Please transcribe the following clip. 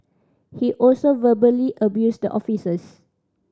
he also verbally abused the officers